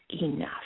enough